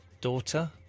Daughter